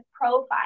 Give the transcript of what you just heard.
profile